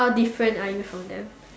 how different are you from them